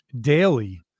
daily